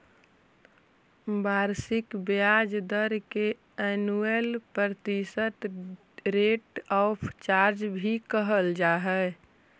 वार्षिक ब्याज दर के एनुअल प्रतिशत रेट ऑफ चार्ज भी कहल जा हई